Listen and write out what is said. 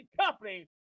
company